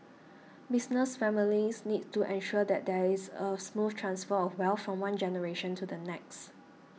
business families need to ensure that there is a smooth transfer of wealth from one generation to the next